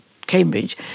Cambridge